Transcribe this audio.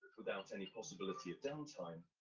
without any possibility of downtime,